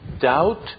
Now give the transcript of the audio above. Doubt